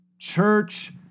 church